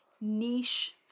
niche